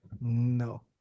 No